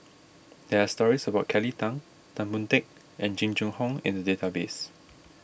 there are stories about Kelly Tang Tan Boon Teik and Jing Jun Hong in the database